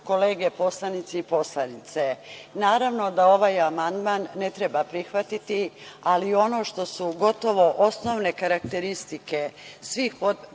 kolege poslanici i poslanice, naravno da ovaj amandman ne treba prihvatiti, ali ono što se u gotovo u osnovne karakteristike svih